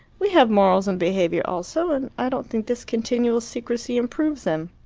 we have morals and behaviour also, and i don't think this continual secrecy improves them.